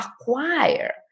acquire